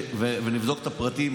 נבדוק את הפרטים,